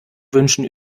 wünschen